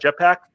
jetpack